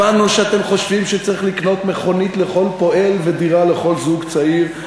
הבנו שאתם חושבים שצריך לקנות מכונית לכל פועל ודירה לכל זוג צעיר.